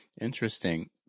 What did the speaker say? interesting